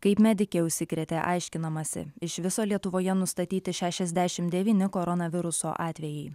kaip medikė užsikrėtė aiškinamasi iš viso lietuvoje nustatyti šešiasdešimt devyni koronaviruso atvejai